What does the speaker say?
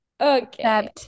okay